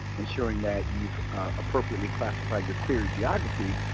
ensuring that you've appropriately classified your clery geography.